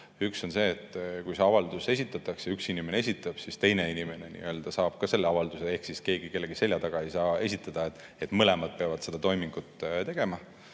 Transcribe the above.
Üks on see, et kui see avaldus esitatakse, üks inimene esitab, siis teine inimene saab ka selle avalduse, ehk keegi kellegi selja taga ei saa midagi esitada, vaid mõlemad peavad selle toimingu tegema.